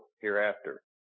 hereafter